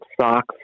socks